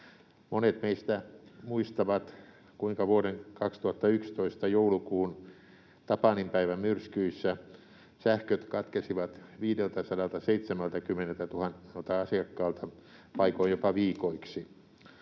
Monet meistä muistavat, kuinka vuoden 2011 joulukuun tapaninpäivän myrskyissä sähköt katkesivat 570 000 asiakkaalta, paikoin jopa viikoiksi.